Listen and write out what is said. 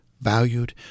valued